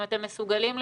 אם אתם מסוגלים לפלח,